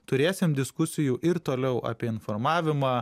turėsim diskusijų ir toliau apie informavimą